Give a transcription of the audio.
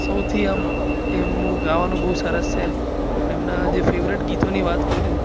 સૌથી આમ એમનું ગાવાનું બહુ સરસ છે અને એમના જે ફેવરેટ ગીતોની વાત કરું